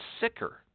sicker